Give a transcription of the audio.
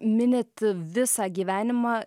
minit visą gyvenimą